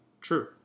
true